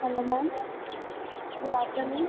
hello ma'am good afternoon